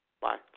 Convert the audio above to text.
Bye